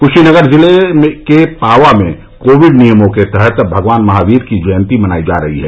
कुशीनगर जिले के पावा में कोविड नियमों के तहत भगवान महावीर की जयंती मनाई जा रही है